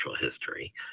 history